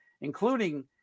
including